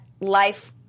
life